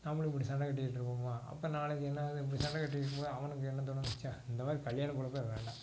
நம்மளும் இப்படி சண்டை கட்டிட்டு இருப்போமா அப்போ நாளைக்கு என்ன ஆகுது அப்படி சண்டை கட்டிட்டு இருக்கும்போது அவனுக்கு என்ன தோணும் ச்சே இந்த மாதிரி கல்யாண பொழப்பே வேண்டாம்